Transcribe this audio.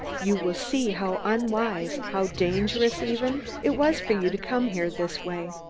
you will see how unwise, how dangerous even, it was for you to come here this way.